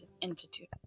institute